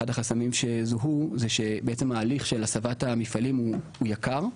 אחד החסמים שזוהו זה שבעצם ההליך של הסבת המפעלים הוא יקר,